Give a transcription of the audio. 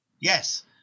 yes